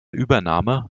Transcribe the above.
übernahme